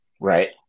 Right